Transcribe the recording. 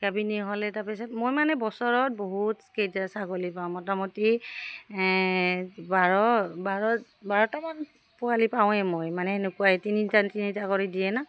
গাভিনী হ'লে তাৰপিছত মই মানে বছৰত বহুতকেইটা ছাগলী পাওঁ মোটামুটি বাৰ বাৰ বাৰটামান পোৱালি পাওঁৱে মই মানে তেনেকুৱাই তিনিটা তিনিটা কৰি দিয়ে ন